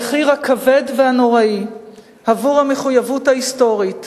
למחיר הכבד והנוראי עבור המחויבות ההיסטורית